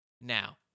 Now